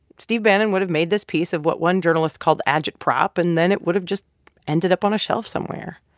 steve bannon would have made this piece of what one journalist called agitprop, and then it would have just ended up on a shelf somewhere.